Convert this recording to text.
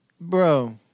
Bro